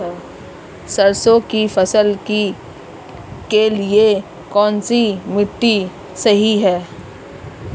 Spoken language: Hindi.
सरसों की फसल के लिए कौनसी मिट्टी सही हैं?